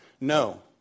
No